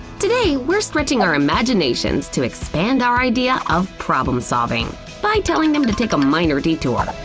today, we're stretching our imaginations to expand our idea of problem solving by telling them to take a minor detour.